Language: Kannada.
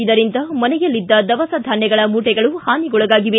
ಇದರಿಂದ ಮನೆಯಲ್ಲಿದ್ದ ದವಸ ಧಾನ್ಯಗಳ ಮೂಟೆಗಳು ಹಾನಿಗೊಳಗಾಗಿವೆ